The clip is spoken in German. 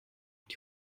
und